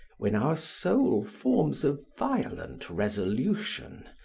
when our soul forms a violent resolution,